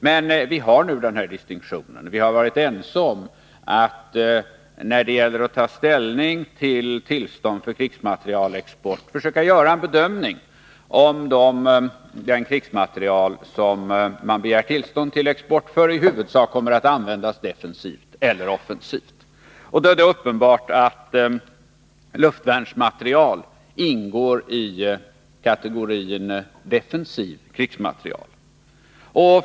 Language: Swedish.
Men vi har nu den här distinktionen, och vi har varit ense om att när det gäller att ta ställning till tillstånd för krigsmaterielexport försöka göra en bedömning om den krigsmateriel som man begär tillstånd till export för i huvudsak kommer att användas defensivt eller offensivt. Det är då uppenbart att luftvärnsmateriel ingår i kategorin defensiv krigsmateriel.